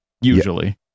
Usually